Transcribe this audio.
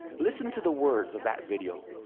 listen to the words of that video,